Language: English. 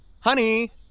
Honey